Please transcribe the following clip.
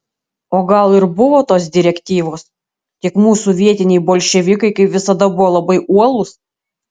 o gal ir buvo tos direktyvos tik mūsų vietiniai bolševikai kaip visada buvo labai uolūs